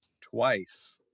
twice